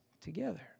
together